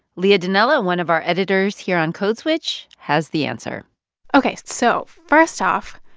leah donnella, one of our editors here on code switch, has the answer ok. so first off,